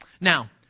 Now